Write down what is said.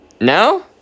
No